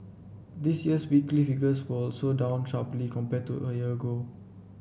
this year's weekly figures were also down sharply compared to a year ago